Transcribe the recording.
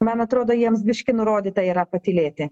man atrodo jiems biškį nurodyta yra patylėti